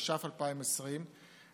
התש"ף 2020,